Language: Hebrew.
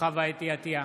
חוה אתי עטייה,